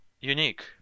unique